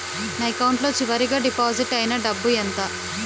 నా అకౌంట్ లో చివరిగా డిపాజిట్ ఐనా డబ్బు ఎంత?